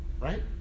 right